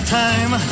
time